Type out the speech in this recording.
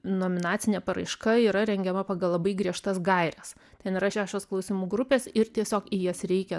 nominacinė paraiška yra rengiama pagal labai griežtas gaires ten yra šešios klausimų grupės ir tiesiog į jas reikia